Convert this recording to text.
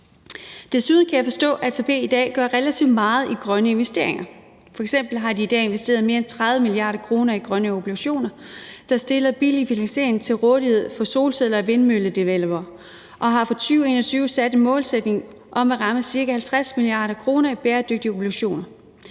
Desuden kan jeg forstå, at ATP i dag gør relativt meget i grønne investeringer. F.eks. har de i dag investeret mere end 30 mia. kr. i grønne obligationer, der stiller billig finansiering til rådighed for solcelle- og vindmølledevelopere, og for 2021 har de en målsætning om at ramme ca. 50 mia. kr. i bæredygtige obligationer.